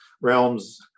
realms